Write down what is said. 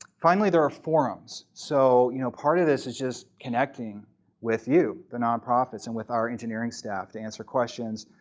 finally, there are forums. so you know part of this is just connecting with you the nonprofits and with our engineering staff to answer questions,